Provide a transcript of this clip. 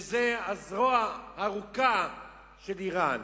שזאת הזרוע הארוכה של אירן.